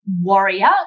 Warrior